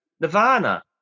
Nirvana